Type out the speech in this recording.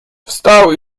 wstał